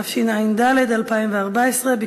התשע"ד 2014,